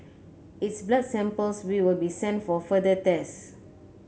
its blood samples will be sent for further tests